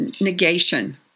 negation